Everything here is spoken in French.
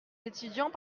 étudiants